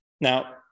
now